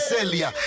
Celia